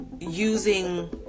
using